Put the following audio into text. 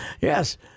yes